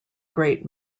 great